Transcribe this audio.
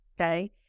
okay